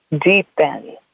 deepen